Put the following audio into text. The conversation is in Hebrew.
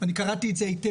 אני קראתי את זה היטב,